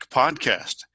podcast